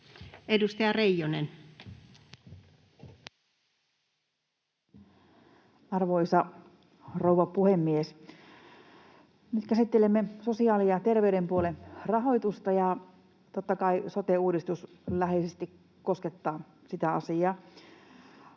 16:32 Content: Arvoisa rouva puhemies! Nyt käsittelemme sosiaali- ja terveyspuolen rahoitusta, ja totta kai sote-uudistus läheisesti koskettaa sitä asiaa.